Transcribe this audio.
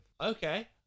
okay